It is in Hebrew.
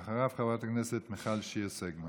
ואחריו, חברת הכנסת מיכל שיר סגמן.